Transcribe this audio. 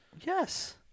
yes